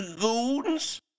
goons